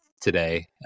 today